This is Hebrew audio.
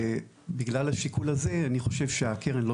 בגלל השיקול הזה אני חושב שהקרן לא